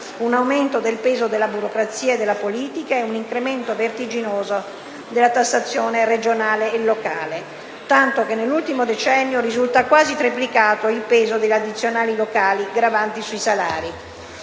un aumento del peso della burocrazia e della politica e un incremento vertiginoso della tassazione regionale e locale: tanto che nell'ultimo decennio risulta quasi triplicato il peso delle addizionali locali gravanti sui salari.